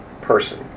person